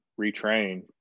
retrain